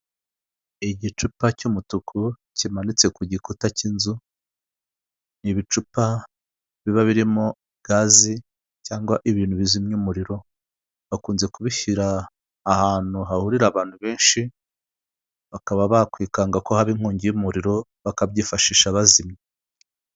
Igicupa cy'umutuku kimanitse ku gikuta cy'inzu ni ibicupa biba birimo gazi cyangwa ibintu bizimya umuriro, bakunze kubishyira ahantu hahurira abantu benshi bakaba bakwikanga ko haba inkongi y'umuriro bakabyifashisha bazimya.